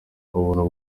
ubuntu